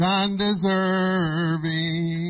undeserving